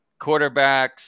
quarterbacks